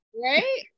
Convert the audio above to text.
right